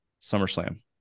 SummerSlam